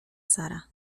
sara